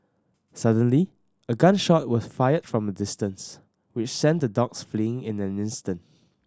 suddenly a gun shot was fired from a distance which sent the dogs fleeing in an instant